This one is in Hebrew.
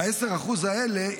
ב-10% האלה,